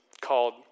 called